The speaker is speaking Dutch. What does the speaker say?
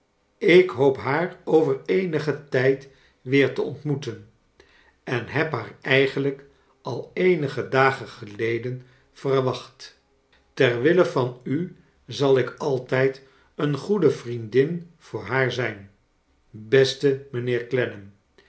ik hoop haar over eenigen tijd weer te ontmoeten en neb haar eigenlijk al eenige dagen geleden verwacht ter wille van u zal ik altijd een goede vriendin voor haar zijn beste